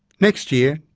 next year,